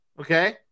Okay